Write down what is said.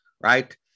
right